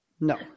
No